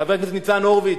חבר הכנסת ניצן הורוביץ,